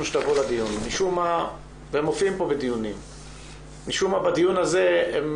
משום מה הם מופיעים פה בדיונים ובדיון הזה הם